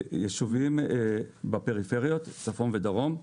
ישובים בפריפריה, צפון ודרום,